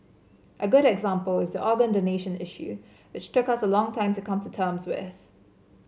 a good example is the organ donation issue which took us a long time to come to terms with